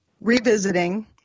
revisiting